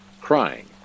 crying